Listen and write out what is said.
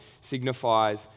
signifies